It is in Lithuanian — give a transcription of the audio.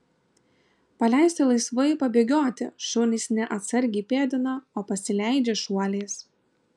paleisti laisvai pabėgioti šunys ne atsargiai pėdina o pasileidžia šuoliais